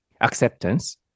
acceptance